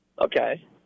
Okay